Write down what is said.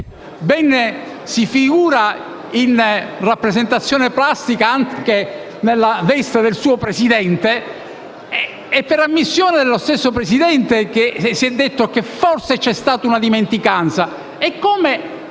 ben si figura, in rappresentazione plastica, anche nella veste del suo Presidente, ed è per ammissione dello stesso Presidente che si è detto che forse c'è stata una dimenticanza. Come